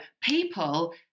people